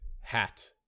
hat